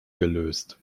gelöst